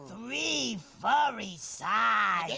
three furry sides.